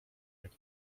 jaką